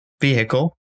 vehicle